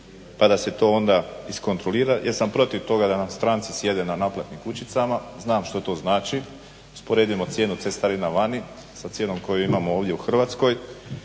pa da se to onda iskontrolira jer sam protiv toga da nam stranci sjede na naplatnim kućicama. Znam šta to znači. Usporedimo cijenu cestarina vani sa cijenom koju imamo ovdje u Hrvatskoj.